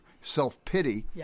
self-pity